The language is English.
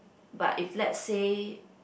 but if let's say